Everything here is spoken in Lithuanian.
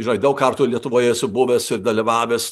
žinai daug kartų lietuvoj esu buvęs ir dalyvavęs